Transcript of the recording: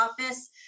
office